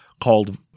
called